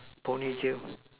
ponytail